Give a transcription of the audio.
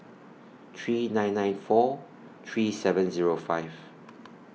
three nine nine four three seven Zero five